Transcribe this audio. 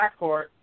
backcourt